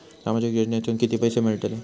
सामाजिक योजनेतून किती पैसे मिळतले?